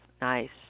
Nice